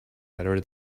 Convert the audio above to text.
better